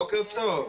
בוקר טוב.